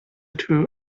two